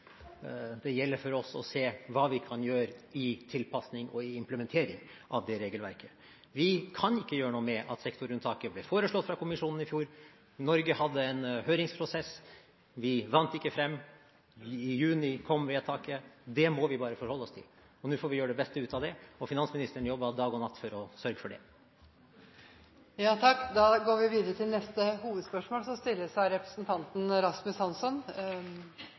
gjelder for oss å se hva vi kan gjøre når det gjelder tilpasning og implementering av det. Vi kan ikke gjøre noe med at sektorunntaket ble foreslått fra kommisjonen i fjor. Norge hadde en høringsprosess, og vi vant ikke frem. I juni kom vedtaket. Det må vi bare forholde oss til. Nå får vi gjøre det beste ut av det, og finansministeren jobber dag og natt for å sørge for det. Da går vi til neste hovedspørsmål.